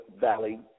Valley